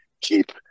keep